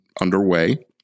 underway